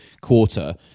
quarter